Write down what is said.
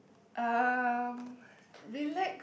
um relax